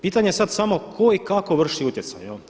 Pitanje je sada samo tko i kako vrši utjecaj.